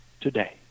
today